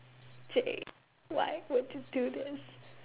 J why would you do this